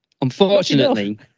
unfortunately